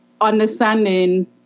understanding